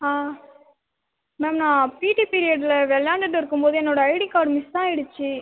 ஆ ma'am நான் PT பீரியடில் விளாண்டுட்டு இருக்கும்போது என்னோட ஐடி கார்டு மிஸ் ஆயிடுச்சு